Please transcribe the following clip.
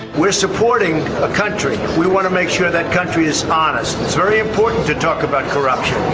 we're supporting a country we want to make sure that country is honest. it's very important to talk about corruption.